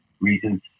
reasons